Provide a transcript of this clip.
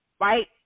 right